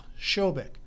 Shobek